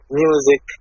music